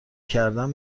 کردن